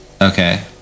Okay